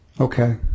Okay